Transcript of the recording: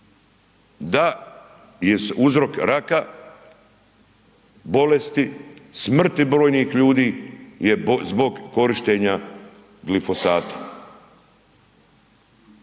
je uzrok raka, bolesti, smrti brojnih ljudi je zbog korištenja glifosata.